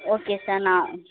okay sir நான்